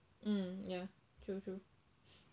mm ya true true